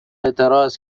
اعتراض